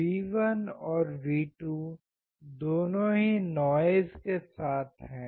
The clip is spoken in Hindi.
V1 और V2 दोनों ही नॉइज़ के साथ हैं